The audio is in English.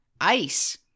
ice